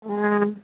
हँ